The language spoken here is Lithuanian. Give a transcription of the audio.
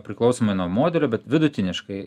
priklausomai nuo modelio bet vidutiniškai